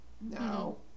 no